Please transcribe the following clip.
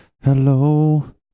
Hello